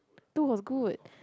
two was good